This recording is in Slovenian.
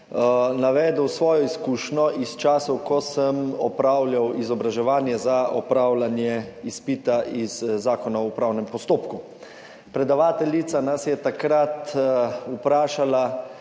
navedel svojo izkušnjo iz časov, ko sem opravljal izobraževanje za opravljanje izpita iz zakona o upravnem postopku. Predavateljica nas je takrat vprašala: